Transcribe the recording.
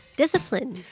discipline